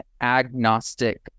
agnostic